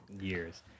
years